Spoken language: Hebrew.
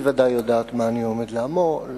היא בוודאי יודעת מה אני עומד להגיד,